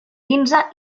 quinze